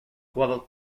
jugado